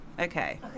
Okay